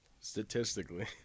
Statistically